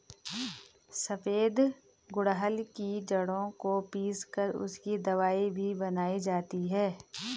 सफेद गुड़हल की जड़ों को पीस कर उसकी दवाई भी बनाई जाती है